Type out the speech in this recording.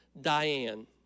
Diane